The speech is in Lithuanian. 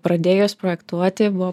pradėjus projektuoti buvo